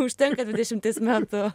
užtenka dešimties metų